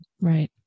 Right